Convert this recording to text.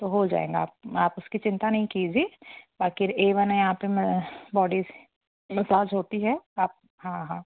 तो हो जाएगा आप आप उसकी चिंता नहीं कीजिए बाक़ी ए वन है यहाँ पर मैं बॉडीस मसाज होती है आप हाँ हाँ